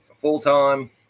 full-time